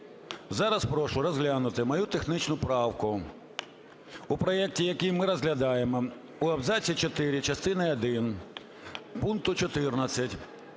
Зараз прошу розглянути мою технічну правку в проекті, який ми розглядаємо. В абзаці чотири частини першої пункту 14